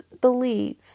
believe